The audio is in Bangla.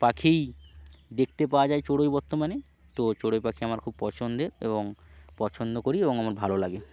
পাখিই দেখতে পাওয়া যায় চড়ুই বর্তমানে তো চড়ুই পাখি আমার খুব পছন্দের এবং পছন্দ করি এবং আমার ভালো লাগে